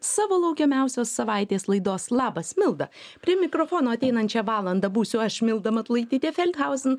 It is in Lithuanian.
savo laukiamiausios savaitės laidos labas milda prie mikrofono ateinančią valandą būsiu aš milda matulaitytė feldhauzen